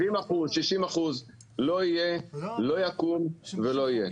70%, 60%. לא יקום ולא יהיה.